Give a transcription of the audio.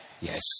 Yes